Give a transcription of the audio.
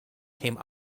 came